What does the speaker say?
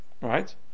right